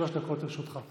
שלוש דקות לרשותך.